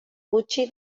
gutxi